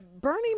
Bernie